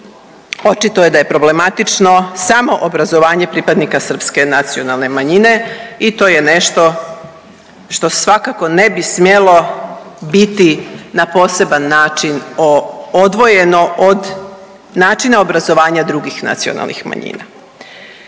očito je da je problematično samo obrazovanje pripadnika srpske nacionalne manjine i to je nešto što svakako ne bi smjelo biti na poseban način odvojeno od načina obrazovanja drugih nacionalnih manjina.